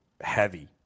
heavy